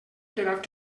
quedat